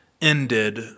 ended